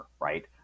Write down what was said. right